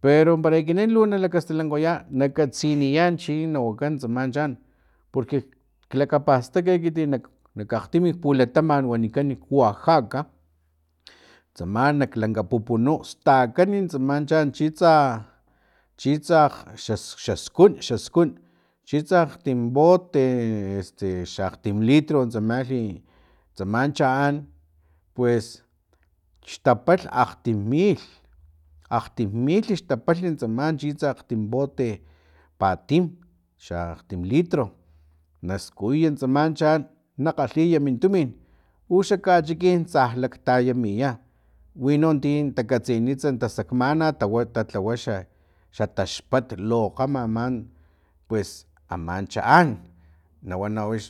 Pero ekinan lu na lakastalankuanan na katsiniya chi na wakan tsaman chaan porque lakapastaka ekiti nak akgtimi pulatamat wanikan nak oaxaca tsama nak laklanka pupunu stakan tsama chaan chintsa chitsa xaskun chitsa akgtim bote este xa akgtim litso tsamalhi tsama chaan pues xtaplh akgtimilh akgtimilh xatapalh tsama chitsa akgtimbote patim xa akgtimlitro naskuyuy tsama chaan na kgalhiya min tumin uxan kachikin tsa laktayamiya winon ti katsinitsa tasakmana tatlawa xa taxpat lo kgama aman kuesa aman chaan nawana wix